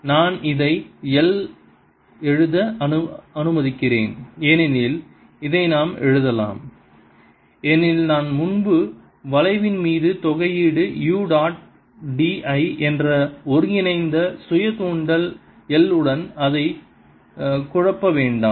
நான் இதை l எழுத அனுமதிக்கிறேன் ஏனெனில் இதை நாம் எழுதலாம் ஏனெனில் நாம் முன்பு வளைவின் மீது தொகையீடு u டாட் d l என்ற ஒருங்கிணைந்த சுய தூண்டல் l உடன் அதைக் குழப்ப வேண்டாம்